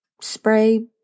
spray